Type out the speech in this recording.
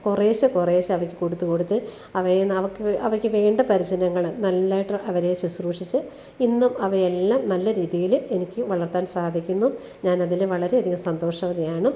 കുറെശ്ശെ കുറെശ്ശെ അവയ്ക്ക് കൊടുത്ത് കൊടുത്ത് അവയെ നവക്ക് അവയ്ക്ക് വേണ്ട പരിചരണങ്ങൾ നല്ലതായിട്ട് അവരെ ശുശ്രുഷിച്ച് ഇന്നും അവയെല്ലാം നല്ല രീതീൽ എനിക്ക് വളര്ത്താന് സാധിക്കുന്നു ഞാനതിൽ വളരെയധികം സന്തോഷവതിയാണ്